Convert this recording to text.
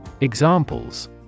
Examples